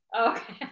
Okay